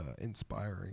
inspiring